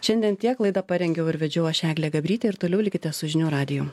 šiandien tiek laidą parengiau ir vedžiau aš eglė gabrytė ir toliau likite su žinių radiju